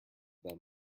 them